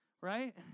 right